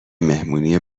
مهمونی